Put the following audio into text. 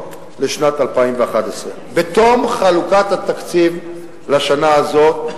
לשנת 2011. בתום חלוקת התקציב לשנה הזאת,